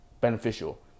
beneficial